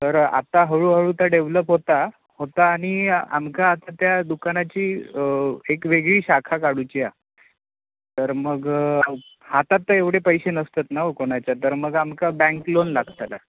तर आता हळूहळू ता डेव्हलप होता होता आणि आमका आता त्या दुकानाची एक वेगळी शाखा काढूची आ तर मग हातात तर एवढे पैशे नसतात ना कोणाच्या तर मग आमका बँक लोन लागतंला